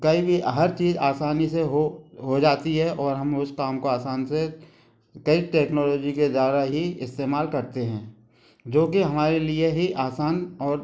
कई भी हर चीज आसानी से हो हो जाती है और हम उस काम को आसान से कई टेक्नोलॉजी के द्वारा ही इस्तेमाल करते हैं जो कि हमारे लिए ही आसान और